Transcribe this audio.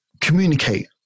communicate